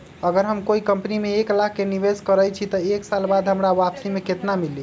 अगर हम कोई कंपनी में एक लाख के निवेस करईछी त एक साल बाद हमरा वापसी में केतना मिली?